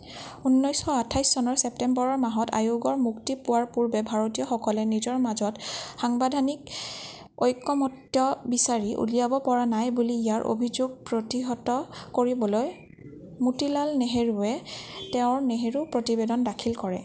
ঊনৈছশ আঠাইছ চনৰ ছেপ্টেম্বৰ মাহত আয়োগৰ মুক্তি পোৱাৰ পূৰ্বে ভাৰতীয়সকলে নিজৰ মাজত সাংবিধানিক ঐকমত্য় বিচাৰি উলিয়াব পৰা নাই বুলি ইয়াৰ অভিযোগক প্ৰতিহত কৰিবলৈ মতিলাল নেহেৰুৱে তেওঁৰ নেহেৰু প্ৰতিবেদন দাখিল কৰে